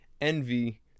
envy